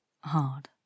hard